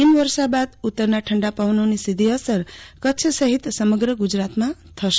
હિમ વર્ષા બાદ ઉત્તરના ઠંડા પવનોને સીધી અસર કચ્છ સહિત સમગ્ર ગુજરાતમાં થશે